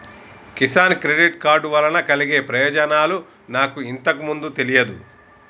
Kisan credit card వలన కలిగే ప్రయోజనాలు నాకు ఇంతకు ముందు తెలియదు